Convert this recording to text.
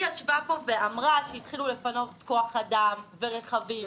היא ישבה פה ואמרה שהתחילו לפנות כוח אדם ורכבים,